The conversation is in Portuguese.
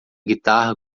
guitarra